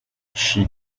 she